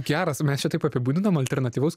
geras mes čia taip apibūdinam alternatyvus